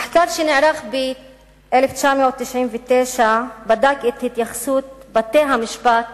מחקר שנערך בשנת 1999 בדק את התייחסות בתי-המשפט